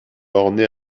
orné